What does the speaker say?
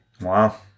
Wow